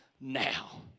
now